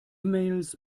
mails